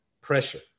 pressure